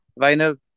vinyl